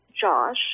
Josh